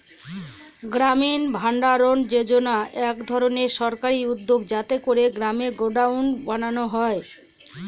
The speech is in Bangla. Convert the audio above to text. গ্রামীণ ভাণ্ডারণ যোজনা এক ধরনের সরকারি উদ্যোগ যাতে করে গ্রামে গডাউন বানানো যায়